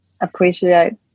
appreciate